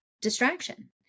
distraction